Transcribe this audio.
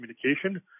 communication